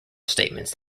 statements